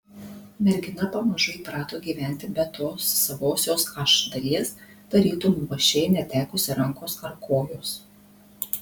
mergina pamažu įprato gyventi be tos savosios aš dalies tarytum luošė netekusi rankos ar kojos